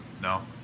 No